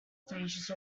stages